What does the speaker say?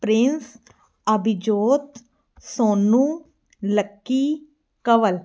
Prince Abhijot Sonu Lucky Kawal